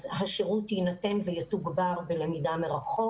השירות יינתן ויתוגבר בלמידה מרחוק.